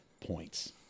points